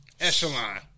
echelon